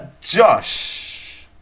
Josh